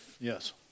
yes